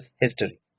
history